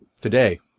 today